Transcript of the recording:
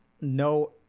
no